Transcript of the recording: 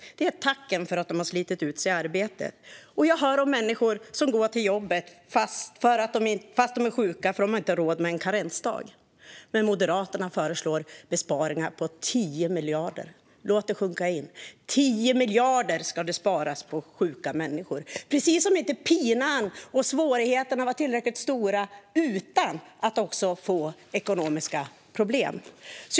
Detta är tacken för att de har slitit ut sig i arbete. Och jag hör om människor som går till jobbet fast de är sjuka därför att de inte har råd med en karensdag. Men Moderaterna föreslår besparingar på 10 miljarder. Låt detta sjunka in - 10 miljarder ska sparas på sjuka människor, precis som om inte pinan och svårigheterna är tillräckligt stora utan att de också ska få ekonomiska problem.